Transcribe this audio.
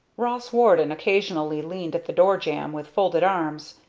ross warden occasionally leaned at the door jamb, with folded arms.